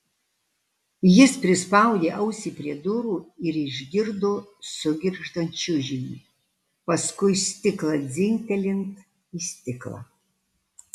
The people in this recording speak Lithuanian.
jis prispaudė ausį prie durų ir išgirdo sugirgždant čiužinį paskui stiklą dzingtelint į stiklą